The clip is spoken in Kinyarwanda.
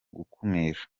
gukumira